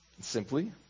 simply